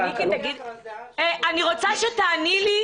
אני רוצה שתעני לי.